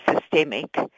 systemic